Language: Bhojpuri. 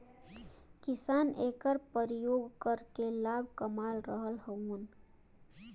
किसान एकर परियोग करके लाभ कमा रहल हउवन